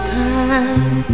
time